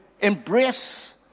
embrace